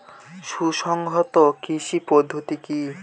সুসংহত কৃষি পদ্ধতি কি?